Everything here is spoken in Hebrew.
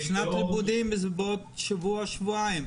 אבל שנת הלימודים היא בעוד שבוע-שבועיים,